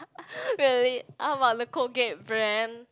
really how about the Colgate brand